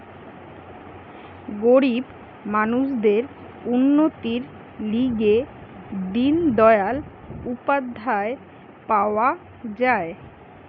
গরিব মানুষদের উন্নতির লিগে দিন দয়াল উপাধ্যায় পাওয়া যায়